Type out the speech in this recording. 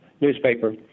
newspaper